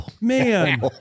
Man